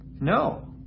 No